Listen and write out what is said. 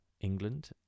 england